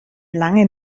langen